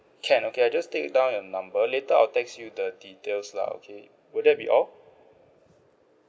can okay I just take down your number later I'll text you the details lah okay would that be all